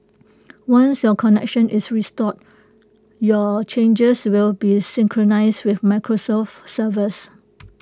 once your connection is restored your changes will be synchronised with Microsoft's servers